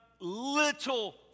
little